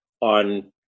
on